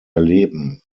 erleben